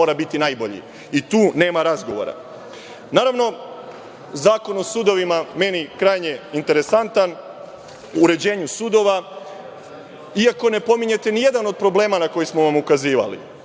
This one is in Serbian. mora biti najbolji. Tu nema razgovora. Naravno, Zakon o sudovima, meni krajnje interesantan, o uređenju sudova, iako ne pominjete ni jedan od problema na koje smo vam ukazivali: